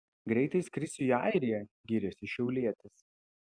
greitai skrisiu į airiją gyrėsi šiaulietis